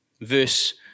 Verse